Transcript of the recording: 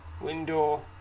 window